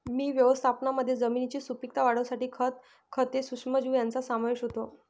माती व्यवस्थापनामध्ये जमिनीची सुपीकता वाढवण्यासाठी खत, खते, सूक्ष्मजीव यांचा समावेश होतो